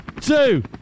two